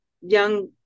young